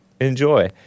enjoy